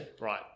Right